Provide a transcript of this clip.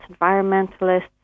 environmentalists